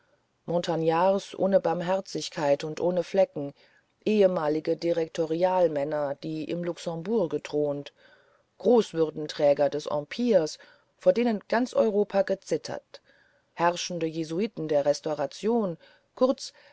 montagnards ohne barmherzigkeit und ohne flecken ehemalige direktorialmänner die im luxemburg gethront großwürdenträger des empires vor denen ganz europa gezittert herrschende jesuiten der restauration kurz